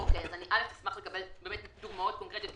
אני אשמח לקבל דוגמאות קונקרטיות,